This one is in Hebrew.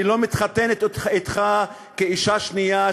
אני לא מתחתנת אתך כאישה שנייה,